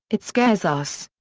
it scares us.